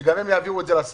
שגם הם יעבירו את זה לשר.